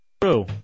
true